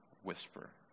whisper